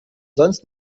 sonst